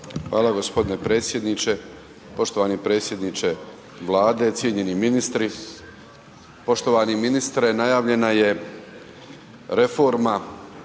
Hvala g. predsjedniče. Poštovani predsjedniče Vlade, cijenjeni ministri. Poštovani ministre, najavljena je reforma